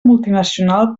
multinacional